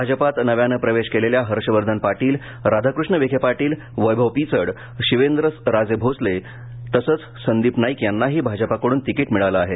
भाजपात नव्यानं प्रवेश केलेल्या हर्षवर्धन पाटील राधाकृष्ण विखे पाटील वैभव पिचड शिवेंद्र राजे भोसले तसंच संदीप नाईक यांनाही भाजपाकडून तिकीट मिळालं आहे